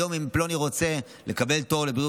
היום אם פלוני רוצה לקבל תור לבריאות